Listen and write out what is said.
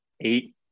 eight